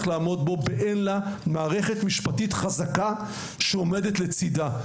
לעמוד בו במידה ולא תהיה למדינת ישראל מערכת משפט חזקה שעומדת לצידה.